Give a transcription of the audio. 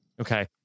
Okay